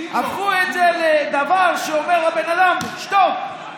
הפכו את זה לדבר שאומר הבן אדם, שתוק.